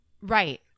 Right